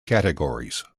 categories